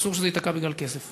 אסור שזה ייתקע בגלל כסף.